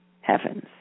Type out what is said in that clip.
Heavens